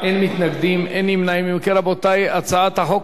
אם כן, רבותי, הצעת החוק עברה בקריאה שנייה.